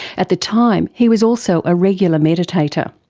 at the time he was also a regular meditator.